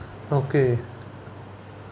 okay